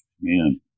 Man